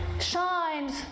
shines